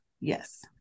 Yes